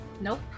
Nope